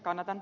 kannatan